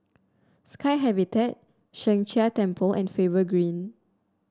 Sky Habitat Sheng Jia Temple and Faber Green